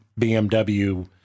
BMW